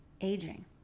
aging